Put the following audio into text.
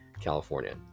California